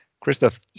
Christoph